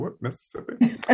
Mississippi